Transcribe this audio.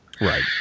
right